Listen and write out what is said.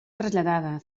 traslladada